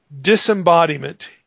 disembodiment